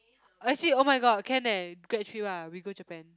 actually oh-my-god can eh grad trip ah we go Japan